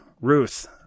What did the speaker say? Ruth